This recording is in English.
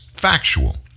factual